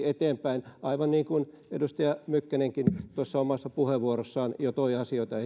eteenpäin aivan niin kuin edustaja mykkänenkin tuossa omassa puheenvuorossaan jo toi asioita